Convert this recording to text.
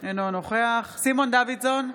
אינו נוכח סימון דוידסון,